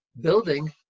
building